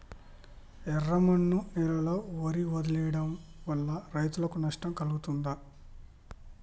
ఎర్రమన్ను నేలలో వరి వదిలివేయడం వల్ల రైతులకు నష్టం కలుగుతదా?